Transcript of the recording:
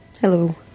Hello